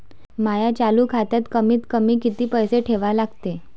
माया चालू खात्यात कमीत कमी किती पैसे ठेवा लागते?